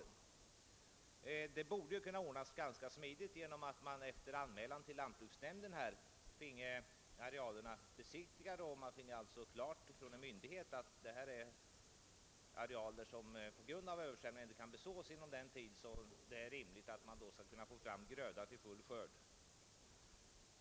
Saken borde kunna ordnas ganska smidigt genom att man efter anmälan till lantbruksnämnden finge arealerna besiktigade och alltså fick klart besked från en myndighet, att detta är arealer som på grund av översvämning inte kan besås inom sådan tid att det är rimligt att man skall kunna få fram gröda till full skörd.